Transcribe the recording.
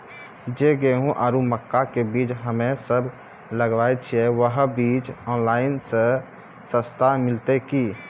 जे गेहूँ आरु मक्का के बीज हमे सब लगावे छिये वहा बीज ऑनलाइन मे सस्ता मिलते की?